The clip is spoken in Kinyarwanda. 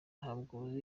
ntabwo